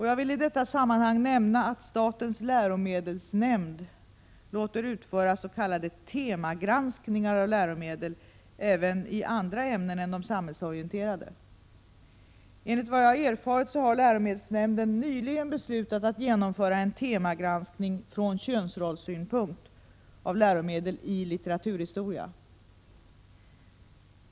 Jag vill i detta sammanhang nämna att statens läromedelsnämnd låter utföra s.k. temagranskningar av läromedel även i andra ämnen än de samhällsorienterande. Enligt vad jag erfarit har läromedelsnämnden nyligen beslutat genomföra temagranskning från könsrollssynpunkt av läromedel i litteraturhistoria.